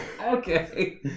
Okay